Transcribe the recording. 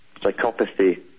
psychopathy